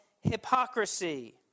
hypocrisy